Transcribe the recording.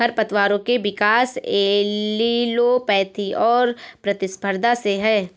खरपतवारों के विकास एलीलोपैथी और प्रतिस्पर्धा से है